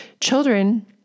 Children